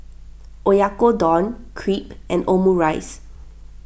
Oyakodon Crepe and Omurice